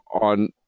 on